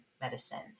medicine